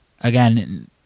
again